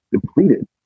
depleted